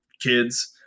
kids